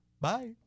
bye